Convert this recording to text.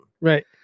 Right